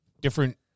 different